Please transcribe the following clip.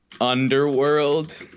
Underworld